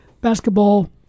basketball